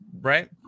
right